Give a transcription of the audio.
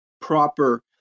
proper